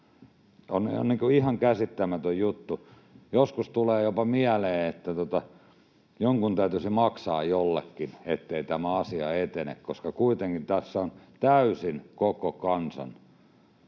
on ihan käsittämätön juttu. Joskus tulee mieleen jopa, että jonkun täytyisi maksaa jollekin, ettei tämä asia etene, koska kuitenkin tässä on täysin koko kansan